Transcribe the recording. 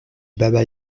baba